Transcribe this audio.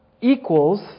equals